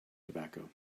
tobacco